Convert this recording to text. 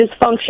dysfunction